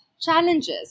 challenges